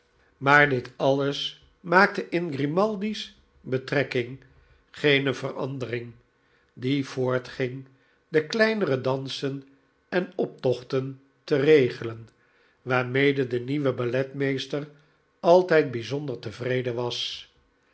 maar dit maakte in grimaldi's betrekking geene verandering die voortging de kleinere dansen en optochten te regelen waarmede de nieuwe balletmeester altijd bijzonder tevreden was